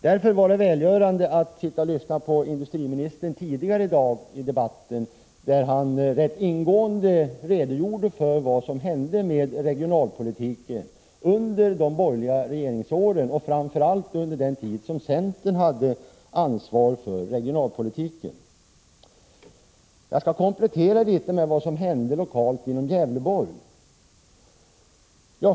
Därför var det välgörande att lyssna på industriministern i debatten tidigare i dag, där han rätt ingående redogjorde för vad som hände med regionalpolitiken under de borgerliga regeringsåren och framför allt under den tid då centern hade ansvar för regionalpolitiken. Jag skall komplettera litet med vad som hände lokalt inom Gävleborg.